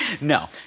No